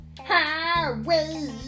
Highway